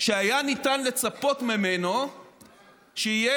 שהיה ניתן לצפות ממנו שיהיה,